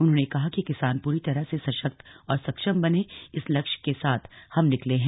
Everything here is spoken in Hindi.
उन्होंने कहा है कि किसान पूरी तरह से सशक्त और सक्षम बने इस लक्ष्य के साथ हम निकले हैं